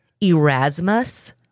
Erasmus